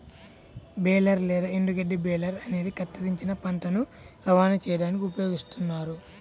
baler లేదా ఎండుగడ్డి baler అనేది కత్తిరించిన పంటను రవాణా చేయడానికి ఉపయోగిస్తారు